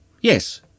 Yes